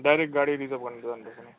direct गाडी reserve गरेर जानुपर्छ नि